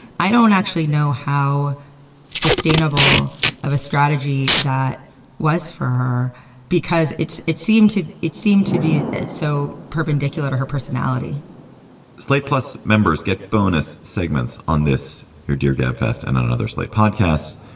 i don't actually know how sustainable of a strategy that was for her because it's it seemed to it seemed to be so perpendicular to her personality slate plus members get bonus segments on this, your dear gabfests and on another slate podcast,